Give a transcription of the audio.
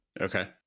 Okay